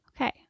Okay